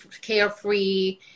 carefree